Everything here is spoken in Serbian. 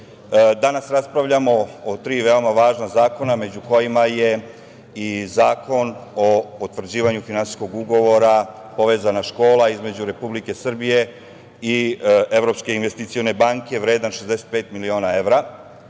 danas raspravljamo o tri veoma važna zakona među kojima je i Zakon o potvrđivanju Finansijskog ugovora „Povezana škola“ između Republike Srbije i Evropske investicione banke, vredan 65 miliona evra. Mi